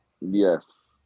Yes